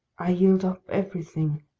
i yield up everything.